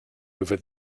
over